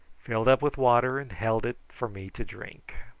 filled up with water, and held it for me to drink.